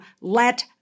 let